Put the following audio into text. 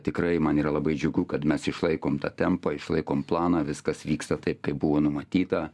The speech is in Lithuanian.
tikrai man yra labai džiugu kad mes išlaikom tą tempą išlaikom planą viskas vyksta taip kaip buvo numatyta